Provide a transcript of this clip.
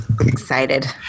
Excited